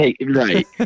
Right